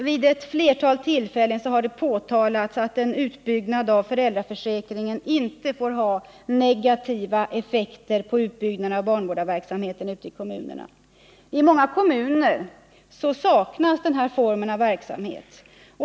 Vid ett flertal tillfällen har det påtalats att en utbyggnad av föräldraförsäkringen inte får ha negativa effekter på utbyggnaden av den barnavårdande verksamheten i kommunerna. I många kommuner saknas denna form av verksamhet.